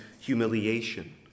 humiliation